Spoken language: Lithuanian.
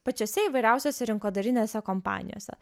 pačiose įvairiausiose rinkodarinėse kompanijose